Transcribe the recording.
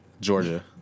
Georgia